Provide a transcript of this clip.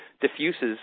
diffuses